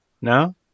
no